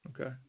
okay